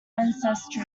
ancestry